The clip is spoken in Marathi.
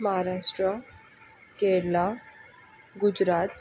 महाराष्ट्रा केरळ गुजरात